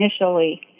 initially